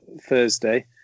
thursday